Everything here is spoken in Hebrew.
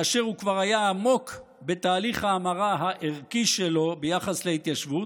כאשר הוא כבר היה עמוק בתהליך ההמרה הערכי שלו ביחס להתיישבות,